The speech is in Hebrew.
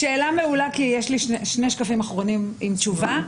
שאלה מעולה כי יש לי שני שקפים אחרונים עם תשובה.